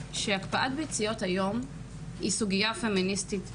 שהקפאת ביציות היום היא סוגיה פמיניסטית בעולם.